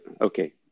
okay